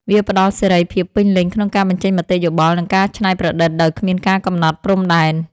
វាផ្ដល់សេរីភាពពេញលេញក្នុងការបញ្ចេញមតិយោបល់ និងការច្នៃប្រឌិតដោយគ្មានការកំណត់ព្រំដែន។